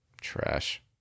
Trash